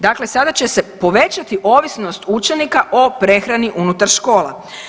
Dakle, sada će se povećati ovisnost učenika o prehrani unutar škola.